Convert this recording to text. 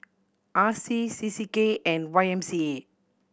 R C C C K and Y M C A